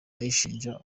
ayishinja